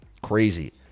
Crazy